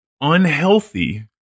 unhealthy